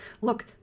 look